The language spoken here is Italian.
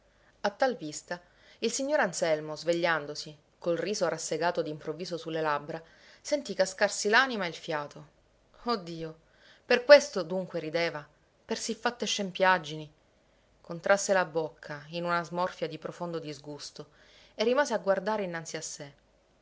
a tal vista il signor anselmo svegliandosi col riso rassegato d'improvviso su le labbra sentì cascarsi l'anima e il fiato oh dio per questo dunque rideva per siffatte scempiaggini contrasse la bocca in una smorfia di profondo disgusto e rimase a guardare innanzi a sé